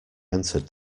entered